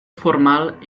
formal